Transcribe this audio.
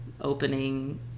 opening